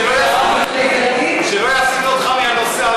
שלא יסיטו אותך מהנושא,